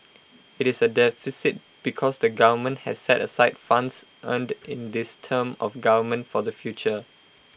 IT is A deficit because the government has set aside funds earned in this term of government for the future